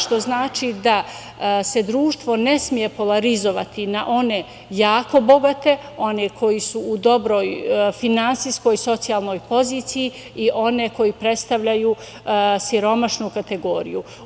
Što znači da se društvo ne sme polarizovati na one jako bogate, one koji su u dobroj finansijskoj, socijalnoj poziciji i one koji predstavljaju siromašnu kategoriju.